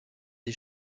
des